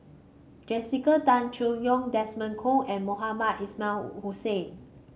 Jessica Tan Soon Neo Desmond Kon and Mohamed Ismail Hussain